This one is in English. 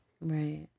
Right